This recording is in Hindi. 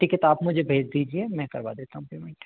ठीक है तो आप मुझे भेज दीजिए मैं करवा देता हूँ पेमेंट